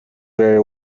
very